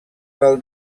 del